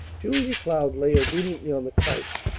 julia cloud lay obediently on the couch,